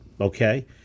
okay